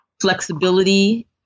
flexibility